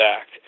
act